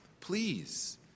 Please